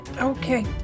Okay